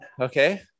okay